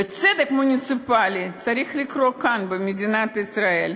וצדק מוניציפלי צריך לקרות כאן במדינת ישראל.